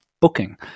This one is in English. booking